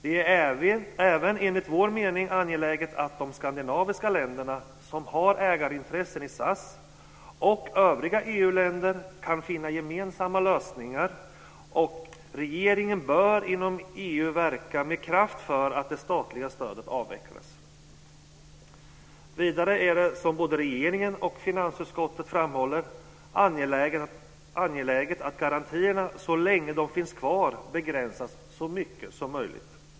Det är enligt vår mening även angeläget att de skandinaviska länderna, som har ägarintressen i SAS, och övriga EU-länder kan finna gemensamma lösningar. Regeringen bör inom EU verka med kraft för att det statliga stödet avvecklas. Vidare är det, som både regeringen och finansutskottet framhåller, angeläget att garantierna så länge de finns kvar begränsas så mycket som möjligt.